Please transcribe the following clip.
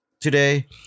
today